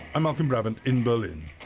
i'm malcolm brabant in berlin.